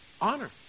Honor